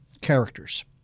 characters